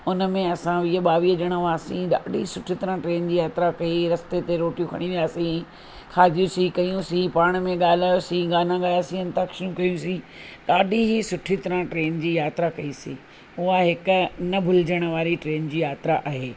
उन में असां वीह ॿावीह ॼणा हुआसीं ॾाढी सुठी तरह ट्रेन जी यात्रा कई रस्ते ते रोटियूं खणी वियासीं खादियूंसीं कयूंसीं पाण में ॻाल्हायोसीं गाना ॻायांसीं अंताक्षरी कयूंसीं ॾाढी ई सुठी तरह ट्रेन जी यात्रा कईसीं हुअ हिकु न भुलिजण वारी ट्रेन जी यात्रा आहे